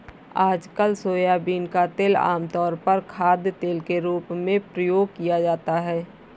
आजकल सोयाबीन का तेल आमतौर पर खाद्यतेल के रूप में प्रयोग किया जाता है